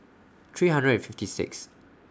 three hundred fifty six